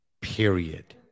period